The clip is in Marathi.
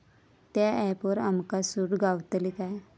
त्या ऍपवर आमका सूट गावतली काय?